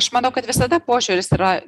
aš manau kad visada požiūris yra